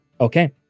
Okay